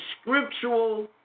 scriptural